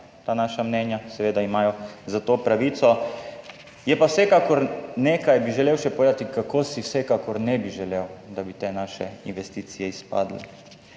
ta naša mnenja, seveda imajo do tega pravico. Nekaj bi želel še povedati, kako si vsekakor ne bi želel, da bi te naše investicije izpadle.